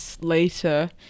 later